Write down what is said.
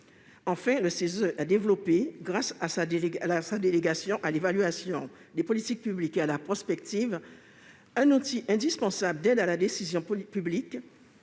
Enfin, le CESE a développé grâce à sa délégation à l'évaluation des politiques publiques et à la prospective un outil indispensable d'aide à la décision publique.